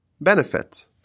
benefit